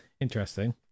Interesting